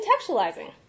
contextualizing